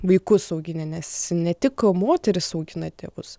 vaikus auginę nes ne tik moteris augina tėvus